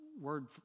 Word